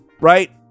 Right